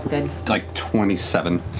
and like twenty seven.